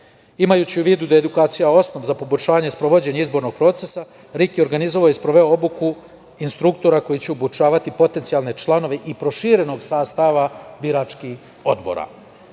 Imajući u vidu da je edukacija osnov za poboljšanje sprovođenja izbornog procesa RIK je organizovao i sproveo obuku instruktora koji će obučavati potencijalne članove i proširenog sastava biračkih odbora.U